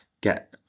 get